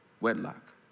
wedlock